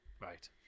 Right